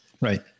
Right